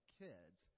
kids